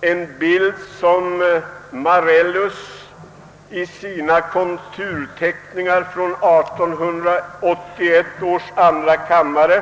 mig vad Marcellus sagt i sina »konturteckningar», Från 1881 års andra kammare.